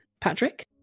Patrick